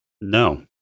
No